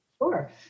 Sure